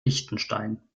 liechtenstein